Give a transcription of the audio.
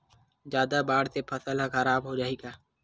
जादा बाढ़ से फसल ह खराब हो जाहि का?